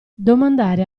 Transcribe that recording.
domandare